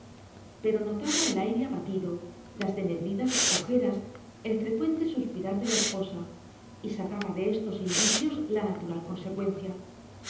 pero notaba el aire abatido las denegridas ojeras el frecuente suspirar de la esposa y sacaba de estos indicios la natural consecuencia